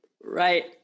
Right